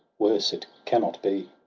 worse it cannot be.